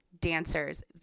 dancers